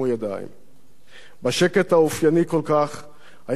בשקט האופייני כל כך היה מצית סיגריה נוספת,